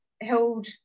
held